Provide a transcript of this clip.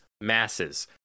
masses